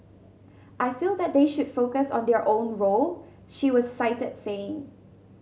I feel that they should focus on their own role she was cited saying